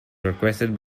requested